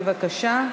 בבקשה.